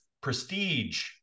prestige